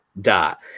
dot